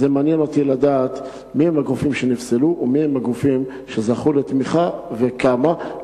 מעניין אותי לדעת מי הם הגופים שנפסלו ומי הם הגופים שזכו לתמיכה וכמה,